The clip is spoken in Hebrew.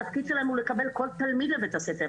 התפקיד שלהם הוא לקבל כל תלמיד לבית הספר,